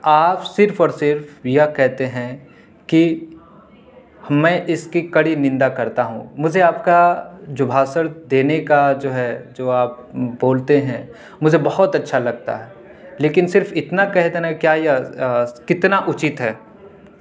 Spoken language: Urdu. آپ صرف اور صرف یہ کہتے ہیں کہ میں اس کی کڑی نندا کرتا ہوں مجھے آپ کا جو بھاشڑ دینے کا جو ہے جو آپ بولتے ہیں مجھے بہت اچھا لگتا ہے لیکن صرف اتنا کہہ دینا کیا یہ یہ کتنا اچت ہے